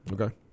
Okay